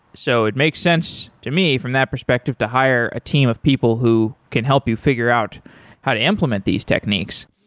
so it makes sense to me from that perspective to hire a team of people who can help you figure out how to implement these techniques.